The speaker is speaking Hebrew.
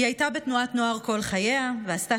היא הייתה בתנועת נוער כל חייה ועשתה